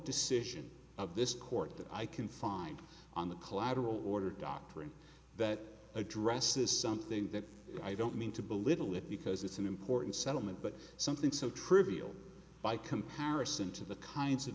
decision of this court that i can find on the collateral order doctrine that addresses something that i don't mean to belittle it because it's an important settlement but something so trivial by comparison to the kinds of